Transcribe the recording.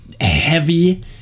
heavy